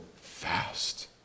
fast